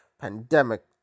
pandemic